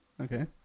Okay